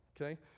Okay